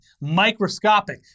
microscopic